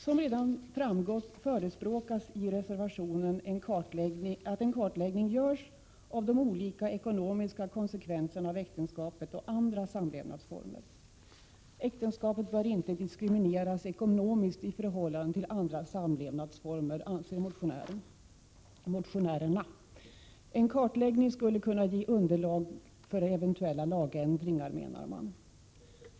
Som redan framgått förespråkas i reservationen att en kartläggning görs av de olika ekonomiska konsekvenserna av äktenskapet och andra samlevnadsformer. Äktenskapet bör inte diskrimineras ekonomiskt i förhållande till andra samlevnadsformer, anser motionärerna. En kartläggning skulle kunna ge underlag för eventuella lagändringar, menar man.